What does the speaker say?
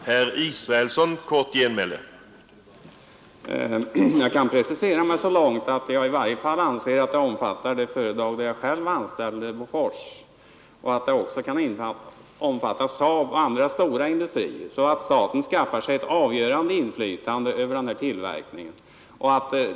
Herr talman! Jag kan precisera mig så långt att jag i varje fall anser att det företag där jag själv är anställd, Bofors, skall omfattas liksom SAAB och andra stora industrier, så att staten skaffar sig ett avgörande inflytande över denna tillverkning.